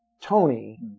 Tony